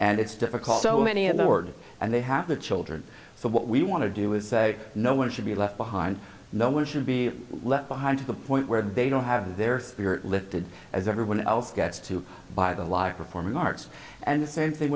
and it's difficult so many in the org and they have the children so what we want to do is say no one should be left behind no one should be left behind to the point where they don't have their spirit lifted as everyone else gets to by the live performing arts and the same thing